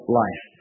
life